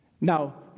now